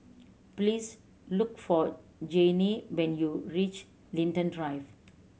please look for Janene when you reach Linden Drive